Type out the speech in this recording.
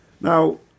Now